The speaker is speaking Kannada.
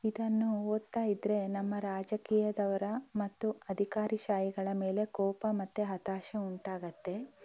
ಇದನ್ನು ಓದ್ತಾ ಇದ್ದರೆ ನಮ್ಮ ರಾಜಕೀಯದವರ ಮತ್ತು ಅಧಿಕಾರಿಶಾಹಿಗಳ ಮೇಲೆ ಕೋಪ ಮತ್ತು ಹತಾಶೆ ಉಂಟಾಗುತ್ತೆ